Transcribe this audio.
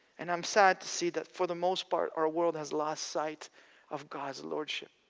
and i'm sad to see that for the most part, our world has lost sight of god s lordship.